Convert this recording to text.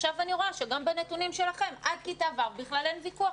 עכשיו אני רואה שגם בנתונים שלכם עד כיתה ו' בכלל אין ויכוח.